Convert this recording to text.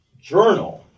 journal